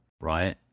right